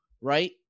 right